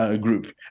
group